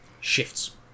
shifts